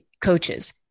Coaches